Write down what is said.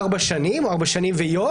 של ארבע שנים או ארבע שנים ויום,